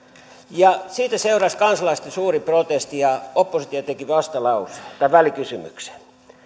siitä seurasi kansalaisten suuri protesti ja oppositio teki välikysymyksen